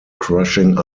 crushing